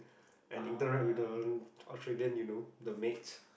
and interact with the Australian you know the mate